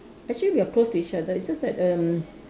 actually we are close to each other it's just that erm